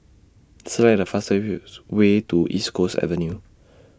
Select The fastest Way to East Coast Avenue